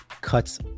cuts